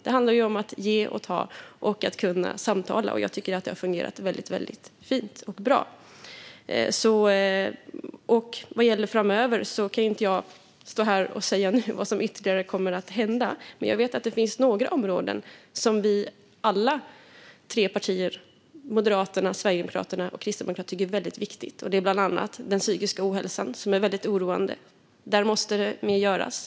Det handlar ju om att ge och ta och om att kunna samtala, och jag tycker att det har fungerat fint och bra. Vad gäller framöver kan jag inte nu stå här och säga vad som ytterligare kommer att hända, men jag vet att det finns några områden som alla vi tre partier - Moderaterna, Sverigedemokraterna och Kristdemokraterna - tycker är väldigt viktiga. Det är bland annat den psykiska ohälsan, som är väldigt oroande. Där måste mer göras.